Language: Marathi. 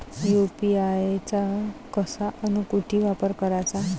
यू.पी.आय चा कसा अन कुटी वापर कराचा?